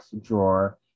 drawer